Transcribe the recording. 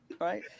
Right